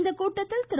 இக்கூட்டத்தில் திரு